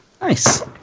nice